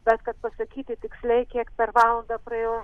bet kad pasakyti tiksliai kiek per valandą praėjo